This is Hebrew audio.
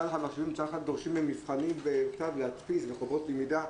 דורשים מהם מבחנים בכתב יד פיזי בחוברות למידה,